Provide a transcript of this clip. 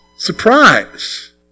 Surprise